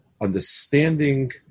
understanding